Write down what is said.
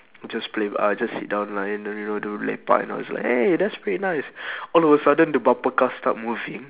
just play uh just sit down lah in the you know they lepak and all's like eh that's pretty nice all of a sudden the bumper car start moving